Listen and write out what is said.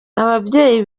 ababyeyi